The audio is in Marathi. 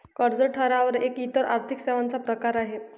कर्ज ठराव एक इतर आर्थिक सेवांचा प्रकार आहे